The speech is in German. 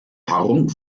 paarung